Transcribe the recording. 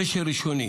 קשר ראשוני